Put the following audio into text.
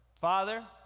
Father